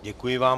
Děkuji vám.